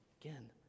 again